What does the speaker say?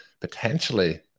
potentially